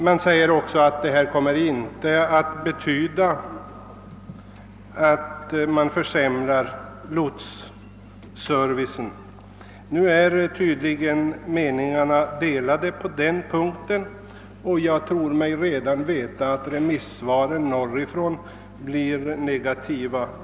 I svaret framhålls att detta inte kommer att betyda att lotsservicen försämras. Meningarna är tydligen delade på den punkten, och jag tror mig redan nu veta att remissvaren norr ifrån blir negativa.